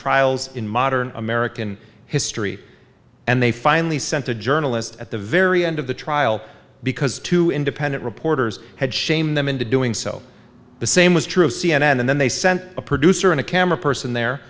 trials in modern american history and they finally sent a journalist at the very end of the trial because two independent reporters had shame them into doing so the same was true of c n n and then they sent a producer and a camera person there